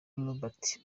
norbert